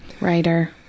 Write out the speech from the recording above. Writer